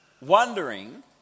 wondering